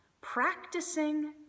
Practicing